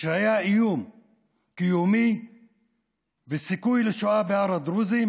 כשהיה איום קיומי וסיכוי לשואה בהר הדרוזים